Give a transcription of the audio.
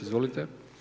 Izvolite.